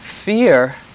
Fear